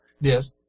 Yes